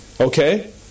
Okay